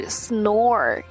snore